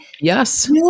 yes